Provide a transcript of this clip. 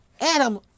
Adam